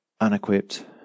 unequipped